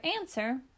answer